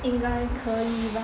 应该可以吧